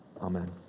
Amen